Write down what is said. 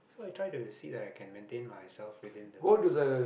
so I try to see that I can maintain myself within the week